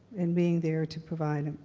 and being there to provide them.